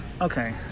Okay